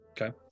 Okay